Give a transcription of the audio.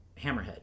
Hammerhead